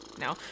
no